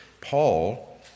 Paul